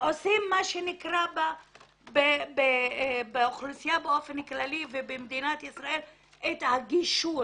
עושים מה שנקרא באוכלוסייה באופן כללי ובמדינת ישראל את הגישור